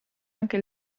anche